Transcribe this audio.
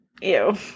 Ew